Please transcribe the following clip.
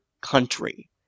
country